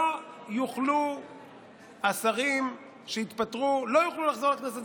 ולא יוכלו השרים שהתפטרו לחזור לכנסת.